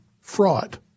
fraud